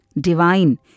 divine